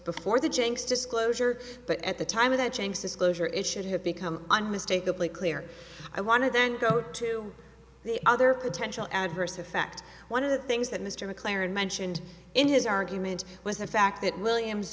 before the jencks disclosure but at the time of the jenks disclosure it should have become unmistakably clear i want to then go to the other potential adverse effect one of the things that mr mclaren mentioned in his argument was the fact that williams